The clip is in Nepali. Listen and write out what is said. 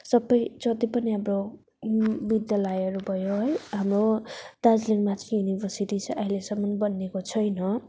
सबै जति पनि हाम्रो विद्यालयहरू भयो है हाम्रो दार्जिलिङमा चाहिँ युनिभर्सिटी चाहिँ अहिलेसम्म बन्नेको छैन